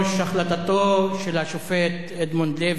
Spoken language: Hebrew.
החלטתו של השופט אדמונד לוי,